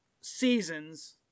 seasons